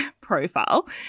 profile